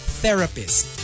therapist